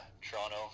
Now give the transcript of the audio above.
Toronto